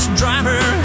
driver